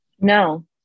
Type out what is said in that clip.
no